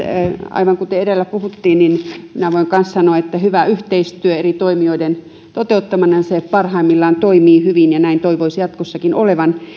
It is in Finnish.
aivan kuten edellä puhuttiin minä voin kanssa sanoa että hyvä yhteistyö eri toimijoiden toteuttamana parhaimmillaan toimii hyvin ja näin toivoisi jatkossakin olevan